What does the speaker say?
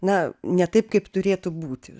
na ne taip kaip turėtų būti